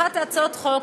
אחת מהצעות החוק,